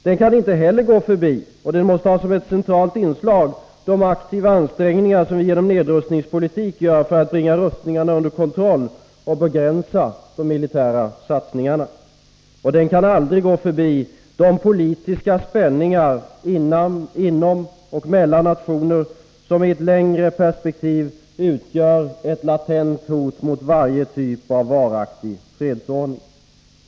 Den kan inte heller gå förbi och måste ha som ett centralt inslag de aktiva ansträngningar som vi genom nedrustningspolitik gör för att bringa rustningarna under kontroll och begränsa de militära satsningarna. Och den kan aldrig gå förbi de politiska spänningar, inom och mellan nationer, som i ett längre perspektiv utgör ett latent hot mot varje typ av varaktig fredsordning.